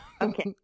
Okay